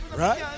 right